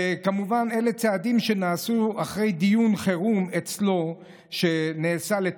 כמובן שאלה צעדים שנעשו אחרי דיון חירום שנעשה אצלו,